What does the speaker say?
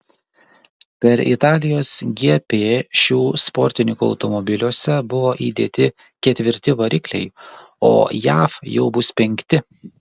per italijos gp šių sportininkų automobiliuose buvo įdėti ketvirti varikliai o jav jau bus penkti